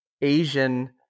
Asian